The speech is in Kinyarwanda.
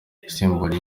isimbura